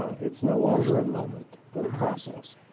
it's no longer a moment, but a process.